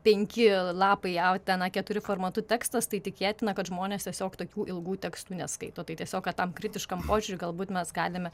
penki lapai jau ten a keturi formatu tekstas tai tikėtina kad žmonės tiesiog tokių ilgų tekstų neskaito tai tiesiog kad tam kritiškam požiūriui galbūt mes galime